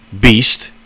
beast